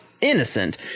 innocent